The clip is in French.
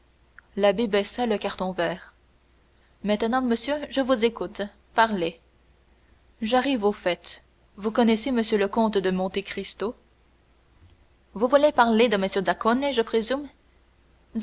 l'abbé baissa le carton vert maintenant monsieur je vous écoute parlez j'arrive au fait vous connaissez m le comte de monte cristo vous voulez parler de m zaccone je présume